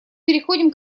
переходим